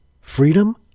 Freedom